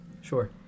Sure